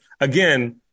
again